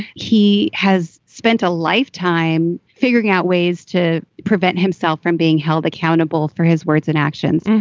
he has spent a lifetime figuring out ways to prevent himself from being held accountable for his words and actions.